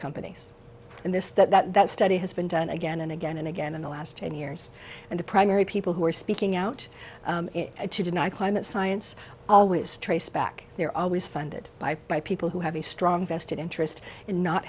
companies in this that that study has been done again and again and again in the last ten years and the primary people who are speaking out to deny climate science always trace back they're always funded by people who have a strong vested interest in not